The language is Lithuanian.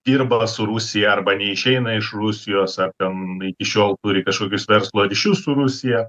dirba su rusija arba neišeina iš rusijos ar ten iki šiol turi kažkokius verslo ryšius su rusija